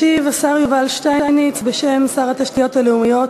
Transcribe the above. ישיב השר יובל שטייניץ בשם שר התשתיות הלאומיות,